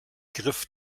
griff